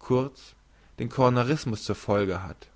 kurz den cornarismus im gefolge hat